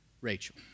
Rachel